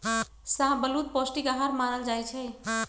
शाहबलूत पौस्टिक अहार मानल जाइ छइ